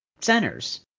centers